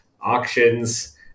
auctions